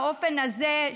באופן הזה,